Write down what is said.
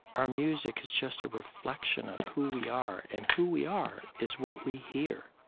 our music is just a reflection of who we are, and who we are is what we hear.